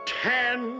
ten